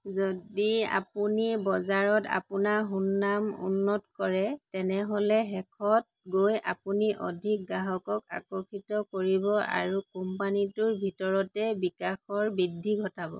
যদি আপুনি বজাৰত আপোনাৰ সুনাম উন্নত কৰে তেনেহ'লে শেষত গৈ আপুনি অধিক গ্ৰাহকক আকৰ্ষিত কৰিব আৰু কোম্পানীটোৰ ভিতৰতে বিকাশৰ বৃদ্ধি ঘটাব